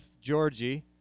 Georgie